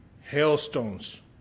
Hailstones